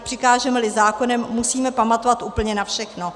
Přikážemeli zákonem, musíme pamatovat úplně na všechno.